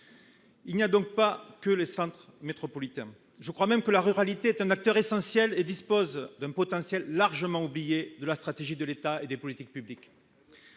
Il n'y a pas que les centres métropolitains ; je crois même que la ruralité est un acteur essentiel et qu'elle dispose d'un potentiel largement oublié dans la stratégie de l'État et dans ses politiques publiques.